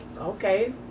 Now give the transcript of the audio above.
Okay